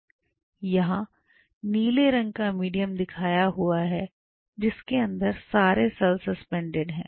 यहां नीले रंग का मीडियम दिखाया हुआ है जिसके अंदर सारे सेल सस्पेंडेड है